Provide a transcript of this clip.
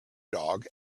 dog